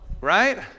right